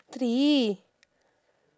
three